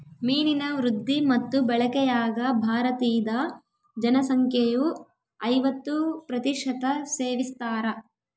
ಮೀನಿನ ವೃದ್ಧಿ ಮತ್ತು ಬಳಕೆಯಾಗ ಭಾರತೀದ ಜನಸಂಖ್ಯೆಯು ಐವತ್ತು ಪ್ರತಿಶತ ಸೇವಿಸ್ತಾರ